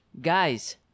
guys